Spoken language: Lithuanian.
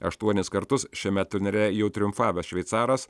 aštuonis kartus šiame turnyre jau triumfavęs šveicaras